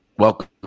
Welcome